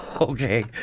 Okay